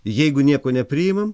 jeigu nieko nepriimam